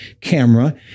camera